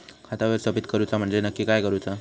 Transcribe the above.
खाता व्यवस्थापित करूचा म्हणजे नक्की काय करूचा?